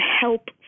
help